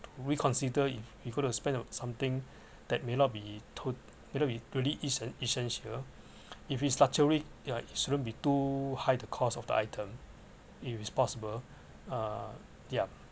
reconsider if you go to spend on something that may not be too may not be an esse~ essential if its luxury ya it shouldn't be too high the cost of the item if it is possible uh yeah